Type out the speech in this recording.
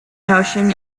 notion